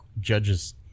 judge's